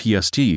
PST